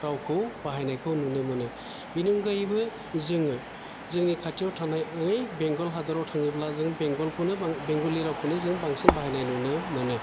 रावखौ बाहायनायखौ नुनो मोनो बिनि अनगायैबो जोङो जोंनि खाथियाव थानाय बेंगल हादराव थाङोब्ला जों बेंगलखौनो बां बेंगलि रावखौनो जों बांसिन बाहायनाय नुनो मोनो